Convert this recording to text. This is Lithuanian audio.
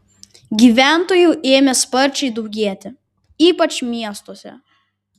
gyventojų ėmė sparčiai daugėti ypač miestuose